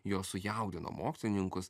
jos sujaudino mokslininkus